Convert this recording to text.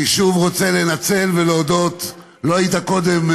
אני שוב רוצה לנצל ולהודות, לא היית קודם,